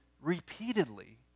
repeatedly